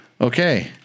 okay